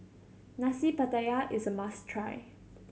Nasi Pattaya is a must try